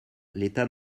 l’état